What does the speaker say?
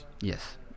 Yes